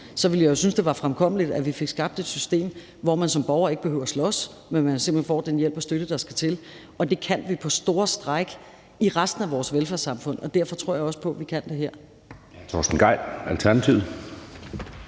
så ville jeg jo synes, det var fremkommeligt, at vi fik skabt et system, hvor man som borger ikke behøver at slås, men hvor man simpelt hen får den hjælp og støtte, der skal til. Det kan vi på store stræk i resten af vores velfærdssamfund, og derfor tror jeg også på, vi kan det her.